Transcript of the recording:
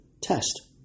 test